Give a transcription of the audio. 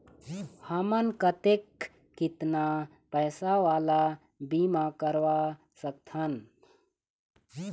हमन कतेक कितना पैसा वाला बीमा करवा सकथन?